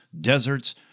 deserts